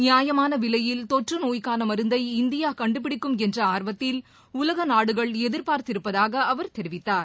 நியாயமான விலையில் தொற்று நோய்க்கான மருந்தை இந்தியா கண்டுபிடிக்கும் என்ற ஆர்வத்தில் உலக நாடுகள் எதிர்பார்த்திருப்பதாக அவர் தெரிவித்தார்